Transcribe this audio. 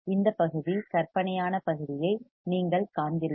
இந்த பகுதி கற்பனையான பகுதியை நீங்கள் காண்கிறீர்கள்